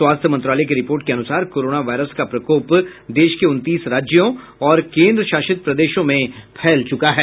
स्वास्थ्य मंत्रालय की रिपोर्ट के अनुसार कोरोना वायरस का प्रकोप देश के उनतीस राज्यों और केंद्रशासित प्रदेशों में फैल चुका है